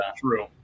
true